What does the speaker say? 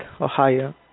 Ohio